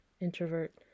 introvert